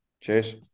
cheers